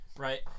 Right